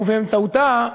ובאמצעותה,